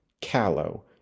callow